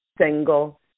single